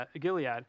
Gilead